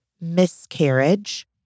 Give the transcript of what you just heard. miscarriage